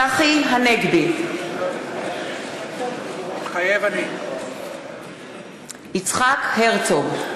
צחי הנגבי, מתחייב אני יצחק הרצוג,